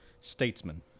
Statesman